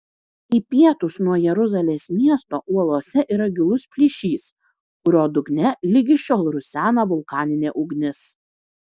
į pietus nuo jeruzalės miesto uolose yra gilus plyšys kurio dugne ligi šiol rusena vulkaninė ugnis